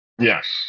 Yes